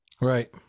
Right